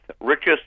richest